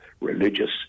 religious